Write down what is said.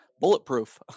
bulletproof